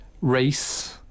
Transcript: race